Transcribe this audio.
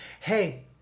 hey